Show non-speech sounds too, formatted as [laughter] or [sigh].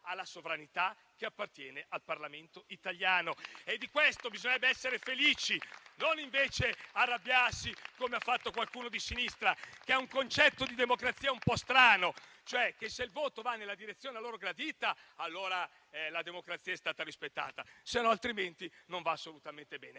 alla sovranità che appartiene al Parlamento italiano. [applause] Di questo bisognerebbe essere felici, anziché arrabbiarsi, come ha fatto qualcuno di sinistra, che ha un concetto di democrazia un po' strano: se il voto va nella direzione gradita, allora la democrazia è stata rispettata; altrimenti, non va assolutamente bene.